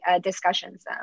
discussions